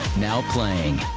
now playing.